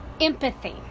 empathy